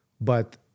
but-